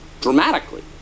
dramatically